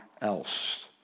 else